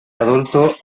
adulto